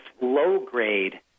low-grade